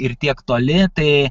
ir tiek toli tai